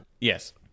Yes